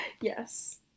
Yes